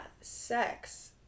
sex